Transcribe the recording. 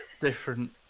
different